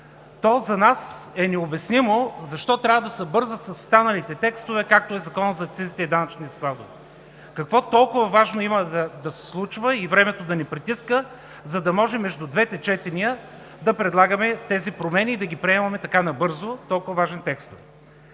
то за нас е необяснимо, защо трябва да се бърза с останалите текстове, както е Законът за акцизите и данъчните складове. Какво толкова важно има да се случва и времето да ни притиска, за да може между двете четения да предлагаме тези промени и да приемаме така набързо толкова важни текстове?